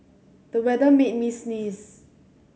the weather made me sneeze